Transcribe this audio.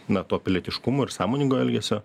na to pilietiškumo ir sąmoningo elgesio